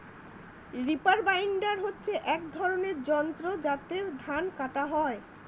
reaper binder হচ্ছে এক ধরনের যন্ত্র যাতে ধান কাটা হয়